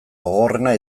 gogorrena